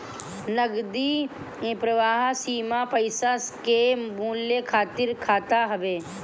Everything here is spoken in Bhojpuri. नगदी प्रवाह सीमा पईसा के मूल्य खातिर खाता हवे